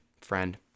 friend